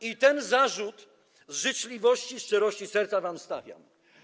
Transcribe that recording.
I ten zarzut z życzliwości, szczerości serca wam stawiam.